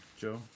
Joe